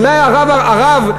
אולי הרב,